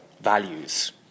values